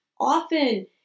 Often